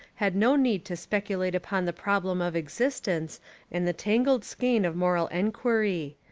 had no need to speculate upon the problem of existence and the tangled skein of moral enquiry.